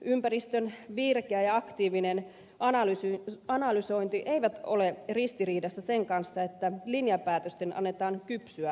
turvallisuusympäristön virkeä ja aktiivinen analysointi eivät ole ristiriidassa sen kanssa että linjapäätösten annetaan kypsyä rauhassa